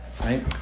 right